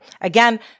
Again